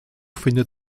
findet